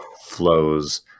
flows